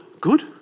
good